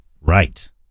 Right